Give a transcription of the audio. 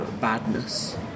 badness